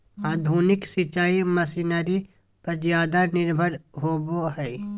आधुनिक सिंचाई मशीनरी पर ज्यादा निर्भर होबो हइ